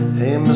hey